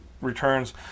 Returns